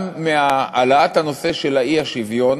גם מהעלאת הנושא של האי-שוויון